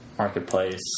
Marketplace